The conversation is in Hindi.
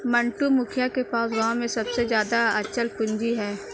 मंटू, मुखिया के पास गांव में सबसे ज्यादा अचल पूंजी है